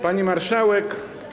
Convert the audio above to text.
Pani Marszałek!